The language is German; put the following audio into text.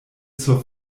zur